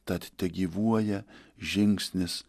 tad tegyvuoja žingsnis